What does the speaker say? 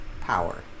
power